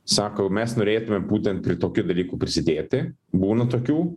sako mes norėtume būtent prie tokių dalykų prisidėti būna tokių